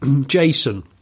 Jason